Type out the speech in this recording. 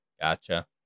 Gotcha